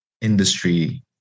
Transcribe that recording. industry